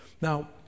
now